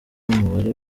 umubare